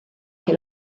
che